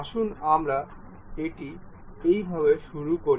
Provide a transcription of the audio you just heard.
আসুন আমরা এটি এইভাবে শুরু করি